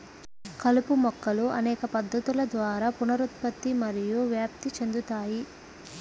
కలుపు మొక్కలు అనేక పద్ధతుల ద్వారా పునరుత్పత్తి మరియు వ్యాప్తి చెందుతాయి